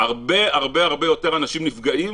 הרבה יותר אנשים נפגעים